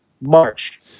March